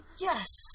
yes